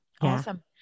Awesome